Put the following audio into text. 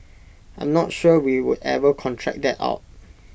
I am not sure we would ever contract that out